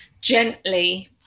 gently